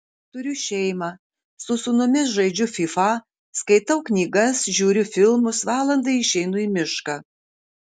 turiu šeimą su sūnumis žaidžiu fifa skaitau knygas žiūriu filmus valandai išeinu į mišką